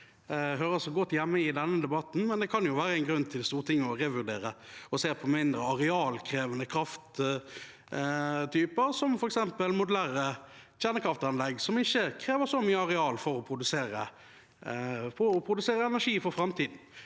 det ikke hører hjemme i denne debatten, men det kan være en grunn for Stortinget til å revurdere og se på mindre arealkrevende krafttyper, som f.eks. modulære kjernekraftanlegg som ikke krever så mye areal for å produsere energi for framtiden.